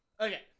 okay